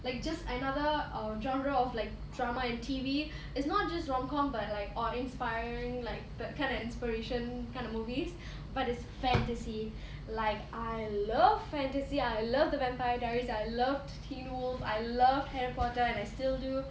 like just another um genre of like drama and T_V is not just rom com but like awe inspiring like that kind of inspiration kind of movies but it's fantasy like I love fantasy I love the vampire diaries I love teen wolf I love harry potter and I still do